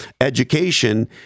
education